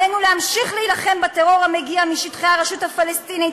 עלינו להמשיך להילחם בטרור המגיע משטחי הרשות הפלסטינית,